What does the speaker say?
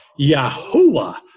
Yahuwah